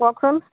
কওকচোন